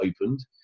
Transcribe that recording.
opened